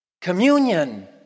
Communion